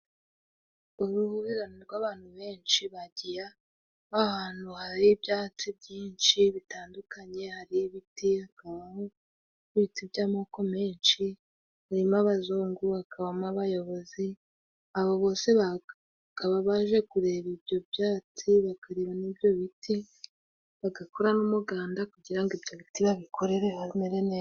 Uruhurirane rw'abantu benshi bagiye ahantu hari ibyatsi byinshi bitandukanye hari ibiti , hakabaho ibiti by'amoko menshi ,harimo abazungu, hakabamo abayobozi abo bose bakaba baje kureba ibyo byatsi bakareba n'ibyo biti, bagakora n'umuganda kugira ngo ibyo biti babikorere bimere neza.